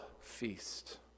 feast